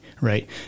right